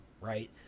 right